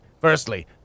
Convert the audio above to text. Firstly